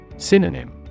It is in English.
Synonym